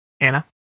Anna